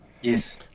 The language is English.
Yes